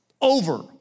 over